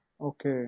Okay